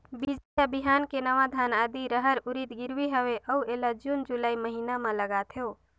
बीजा या बिहान के नवा धान, आदी, रहर, उरीद गिरवी हवे अउ एला जून जुलाई महीना म लगाथेव?